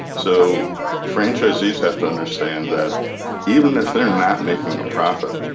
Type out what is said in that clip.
so franchisees have to understand that even if they are not making a profit,